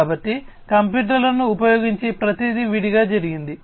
కాబట్టి కంప్యూటర్లను ఉపయోగించి ప్రతిదీ విడిగా జరిగింది